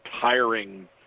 tiring